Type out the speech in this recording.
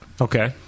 Okay